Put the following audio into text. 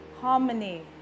Harmony